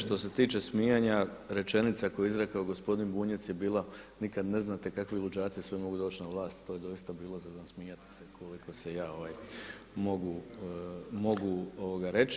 Što se tiče smijanja, rečenica koju je izrekao gospodin Bunjac je bila, nikad ne znate kakvi luđaci sve mogu doći na vlast, to je doista bilo za nasmijati koliko se ja mogu reći.